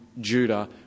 Judah